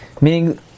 Meaning